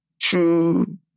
true